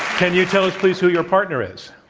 can you tell us, please, who your partner is?